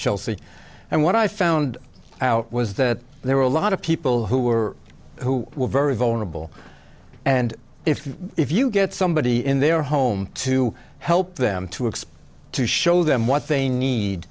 chelsea and what i found out was that there were a lot of people who were who were very vulnerable and if if you get somebody in their home to help them to explain to show them what they need